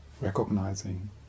recognizing